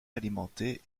alimentée